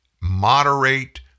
moderate